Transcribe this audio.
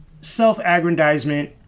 self-aggrandizement